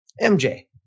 MJ